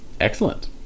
excellent